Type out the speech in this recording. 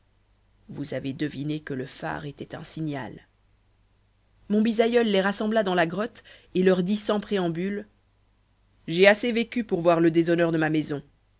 vous avez deviné que le phare était un signal mon bisaïeul les rassembla dans la grotte et leur dit sans préambule j'ai assez vécu pour voir le déshonneur de ma maison